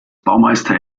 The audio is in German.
baumeister